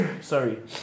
sorry